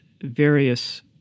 various